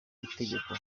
itegeko